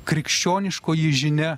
krikščioniškoji žinia